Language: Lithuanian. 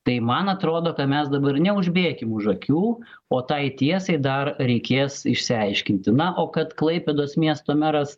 tai man atrodo ką mes dabar neužbėkim už akių o tai tiesai dar reikės išsiaiškinti na o kad klaipėdos miesto meras